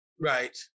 Right